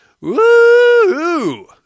woo